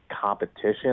competition